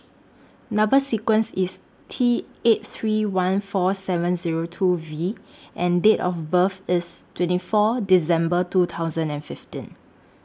Number sequence IS T eight three one four seven Zero two V and Date of birth IS twenty four December two thousand and fifteen